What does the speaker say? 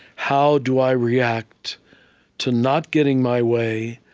how do i react to not getting my way,